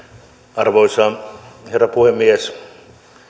arvoisa herra puhemies